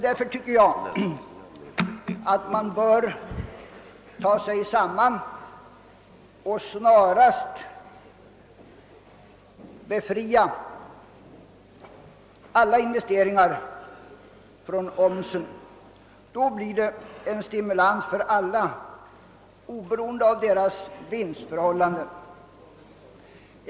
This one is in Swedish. Därför tycker jag att man bör ta sig samman och snarast befria alla investeringar från omsen. Då blir det en stimulans för alla, oberoende av deras vinstförhållanden.